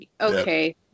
Okay